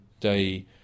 day